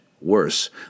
Worse